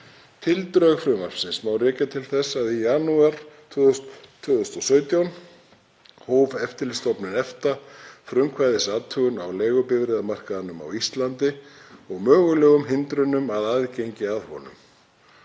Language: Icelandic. Tildrög frumvarpsins má rekja til þess að í janúar 2017 hóf Eftirlitsstofnun EFTA frumkvæðisathugun á leigubifreiðamarkaðnum á Íslandi og mögulegum hindrunum að aðgengi að honum.